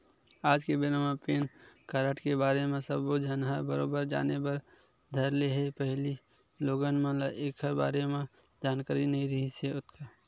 आज के बेरा म पेन कारड के बारे म सब्बो झन ह बरोबर जाने बर धर ले हे पहिली लोगन मन ल ऐखर बारे म जानकारी नइ रिहिस हे ओतका